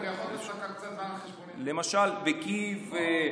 למשל בקייב,